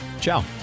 ciao